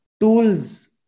tools